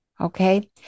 Okay